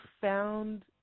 found